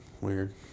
Weird